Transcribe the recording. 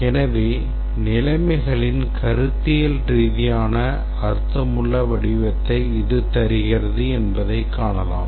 எனவே நிலைமைகளின் கருத்தியல் ரீதியான அர்த்தமுள்ள வடிவத்தை இது தருகிறது என்பதை காணலாம்